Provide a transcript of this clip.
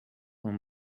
won